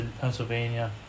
Pennsylvania